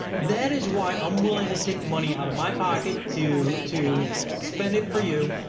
that is why i'm willing to take the money out of my pocket to to spend it for you.